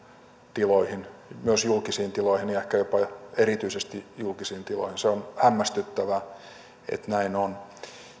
tiloihin myös julkisiin tiloihin ja ehkä jopa erityisesti julkisiin tiloihin hämmästyttävää että näin on